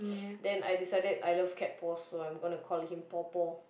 then I decide I love cat paws so I'm gonna call him paw paw